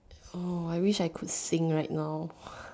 oh I wish I could sing right now